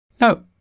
no